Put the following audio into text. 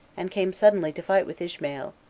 and came suddenly to fight with ishmael,